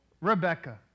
Rebecca